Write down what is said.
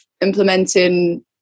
implementing